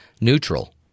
neutral